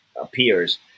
appears